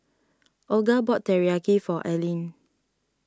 Olga bought Teriyaki for Alline